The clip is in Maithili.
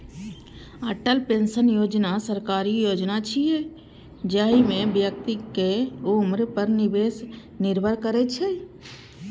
अटल पेंशन योजना सरकारी योजना छियै, जाहि मे व्यक्तिक उम्र पर निवेश निर्भर करै छै